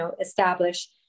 establish